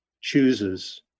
chooses